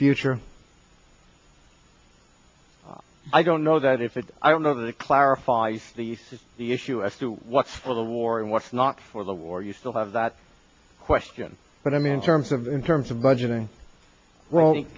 future i don't know that if it i don't know that it clarifies the the issue as to what's for the war and what's not for the war you still have that question but i mean in terms of in terms of budgeting w